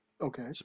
Okay